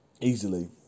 easily